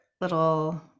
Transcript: little